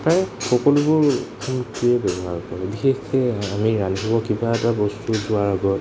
প্ৰায় সকলোবোৰ মুক্তিয়ে ব্যৱহাৰ কৰোঁ বিশেষকৈ আমি ৰান্ধিব কিবা এটা বস্তু যোৱাৰ আগত